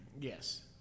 Yes